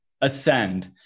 ascend